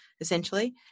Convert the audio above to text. essentially